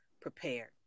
prepared